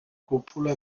cúpula